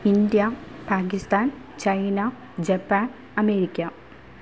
India Pakistan China Japan America